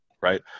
right